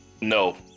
No